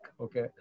Okay